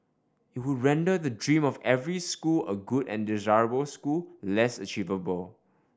it would render the dream of every school a good and desirable school less achievable